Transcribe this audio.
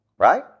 Right